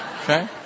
Okay